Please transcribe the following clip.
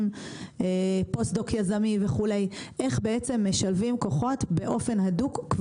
איך בעצם משלבים כוחות באופן הדוק כבר בשלב המחקר היישומי.